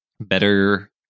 Better